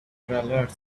travelers